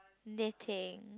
knitting